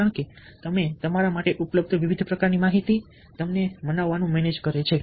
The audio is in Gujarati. કારણકે તમે તમારા માટે ઉપલબ્ધ વિવિધ પ્રકારની માહિતી તમને મનાવવાનું મેનેજ કરે છે